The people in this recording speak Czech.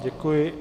Děkuji.